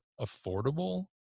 affordable